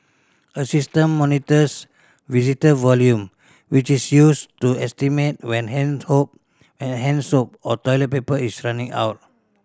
a system monitors visitor volume which is used to estimate when hand and hand soap or toilet paper is running out